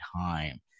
time